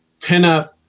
pinup